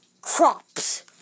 crops